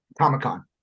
Comic-Con